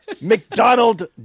McDonald